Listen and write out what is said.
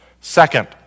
Second